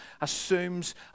assumes